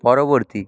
পরবর্তী